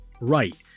right